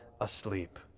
asleep